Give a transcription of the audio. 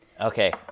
Okay